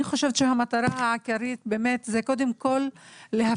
אני חושבת שהמטרה העיקרית באמת זה קודם כל להפסיק